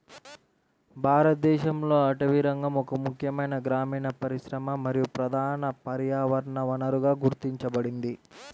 భారతదేశంలో అటవీరంగం ఒక ముఖ్యమైన గ్రామీణ పరిశ్రమ మరియు ప్రధాన పర్యావరణ వనరుగా గుర్తించబడింది